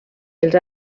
els